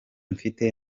mfite